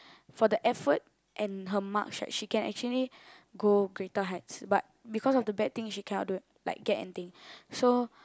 for the effort and her marks right she can actually go greater heights but because of the bad things she cannot do like get anything so